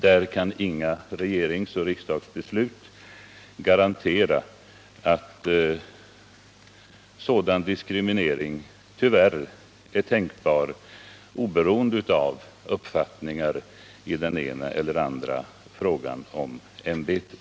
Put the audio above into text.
Där kan tyvärr inget regeringseller riksdagsbeslut garantera att diskriminering inte förekommer, och det gäller oberoende av uppfattning i den ena eller andra frågan om ämbetet.